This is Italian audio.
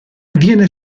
viene